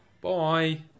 Bye